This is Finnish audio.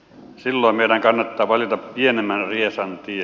silloin meidän kannattaa valita pienemmän riesan tie